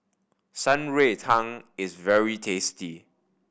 Shan Rui Tang is very tasty